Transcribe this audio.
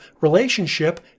relationship